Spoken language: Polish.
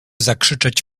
zakrzyczeć